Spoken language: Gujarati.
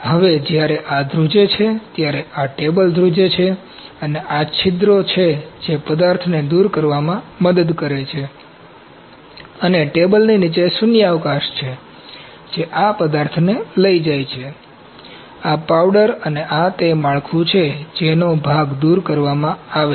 હવે જ્યારે આ ધ્રુજે છે ત્યારે આ ટેબલ ધ્રુજે છે અને આ છિદ્રો ત્યાં છે જે પદાર્થને દૂર કરવામાં મદદ કરે છે અને ટેબલની નીચે એક શૂન્યાવકાશ છે જે આ પદાર્થને લઈ જાય છે આ પાવડર અને આ તે માળખું છે જેનો ભાગ દૂર કરવામાં આવે છે